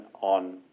on